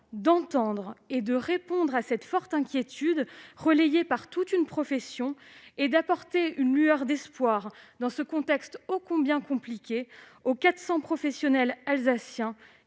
entendre et de répondre à cette forte inquiétude, relayée par toute une profession, et d'apporter une lueur d'espoir, dans ce contexte ô combien compliqué, aux 400 professionnels alsaciens